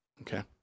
Okay